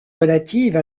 relative